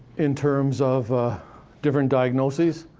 in terms of different diagnoses.